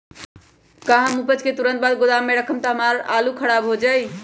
का हम उपज के तुरंत बाद गोदाम में रखम त हमार आलू खराब हो जाइ?